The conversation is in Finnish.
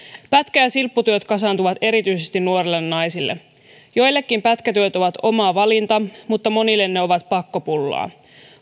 pätkä ja silpputyöt kasaantuvat erityisesti nuorille naisille joillekin pätkätyöt ovat oma valinta mutta monille ne ovat pakkopullaa